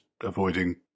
avoiding